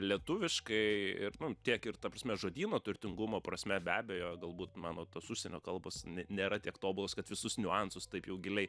lietuviškai ir nu tiek ir ta prasme žodyno turtingumo prasme be abejo galbūt mano tos užsienio kalbos ne nėra tiek tobulos kad visus niuansus taip jau giliai